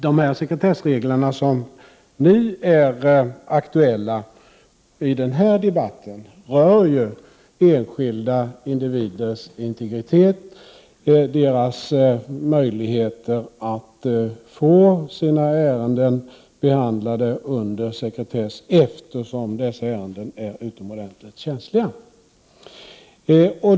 De sekretessregler som nu är aktuella rör ju enskilda individers integritet och deras möjligheter att få sina ärenden behandlade under sekretess eftersom dessa är utomordentligt känsliga.